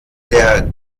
der